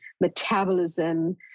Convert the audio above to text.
metabolism